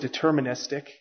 deterministic